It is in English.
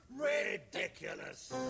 Ridiculous